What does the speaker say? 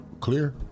Clear